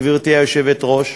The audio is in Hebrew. גברתי היושבת-ראש,